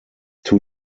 two